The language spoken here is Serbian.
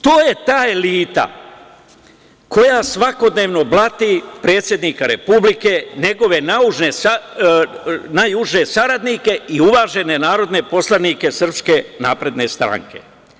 To je ta elita koja svakodnevno blati predsednika Republike, njegove najuže saradnike i uvažene narodne poslanike SNS.